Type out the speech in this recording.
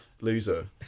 loser